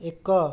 ଏକ